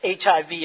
HIV